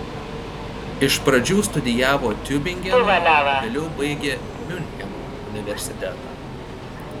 iš pradžių studijavo tiubingeno vėliau baigė miuncheno universitetą